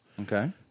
Okay